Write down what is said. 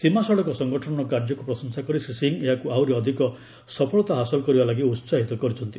ସୀମା ସଡ଼କ ସଂଗଠନର କାର୍ଯ୍ୟକ୍କୁ ପ୍ରଶଂସା କରି ଶ୍ରୀ ସିଂ ଏହାକୁ ଆହୁରି ଅଧିକ ସଫଳତା ହାସଲ କରିବା ଲାଗି ଉତ୍ସାହିତ କରିଛନ୍ତି